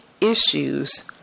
issues